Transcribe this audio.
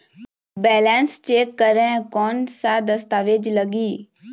Balance check करें कोन सा दस्तावेज लगी?